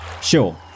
Sure